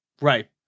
Right